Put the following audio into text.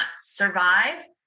survive